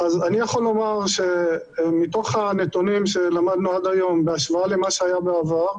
אני יכול לומר שמתוך הנתונים שלמדנו עד היום בהשוואה לעבר,